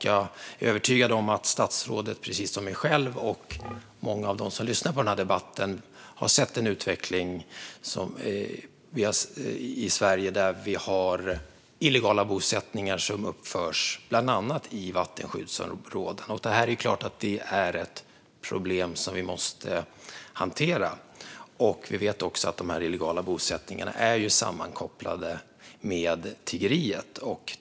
Jag är övertygad om att statsrådet precis som jag själv och många av dem som lyssnar på den här debatten har sett den utveckling i Sverige där vi har illegala bosättningar som uppförs bland annat i vattenskyddsområden. Det är klart att det här är ett problem som vi måste hantera. Vi vet också att dessa illegala bosättningar är sammankopplade med tiggeriet.